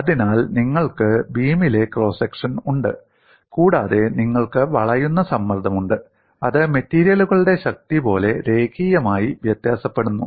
അതിനാൽ നിങ്ങൾക്ക് ബീമിലെ ക്രോസ് സെക്ഷൻ ഉണ്ട് കൂടാതെ നിങ്ങൾക്ക് വളയുന്ന സമ്മർദ്ദമുണ്ട് അത് മെറ്റീരിയലുകളുടെ ശക്തി പോലെ രേഖീയമായി വ്യത്യാസപ്പെടുന്നു